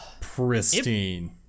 pristine